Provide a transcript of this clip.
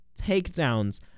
takedowns